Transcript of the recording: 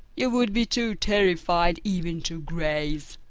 you would be too terrified even to graze!